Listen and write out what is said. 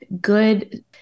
good